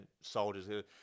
soldiers